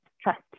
trust